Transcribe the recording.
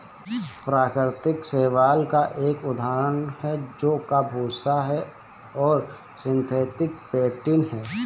प्राकृतिक शैवाल का एक उदाहरण जौ का भूसा है और सिंथेटिक फेंटिन है